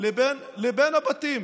לבין הבתים.